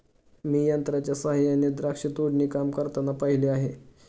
मी यंत्रांच्या सहाय्याने द्राक्ष तोडणी काम करताना पाहिले आहे